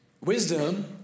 Wisdom